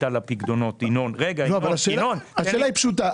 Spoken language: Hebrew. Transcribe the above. על הפיקדונות --- השאלה היא פשוטה,